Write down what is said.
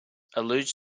alludes